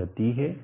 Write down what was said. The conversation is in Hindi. गति है